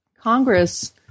Congress